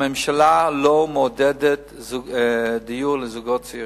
הממשלה לא מעודדת דיור לזוגות צעירים.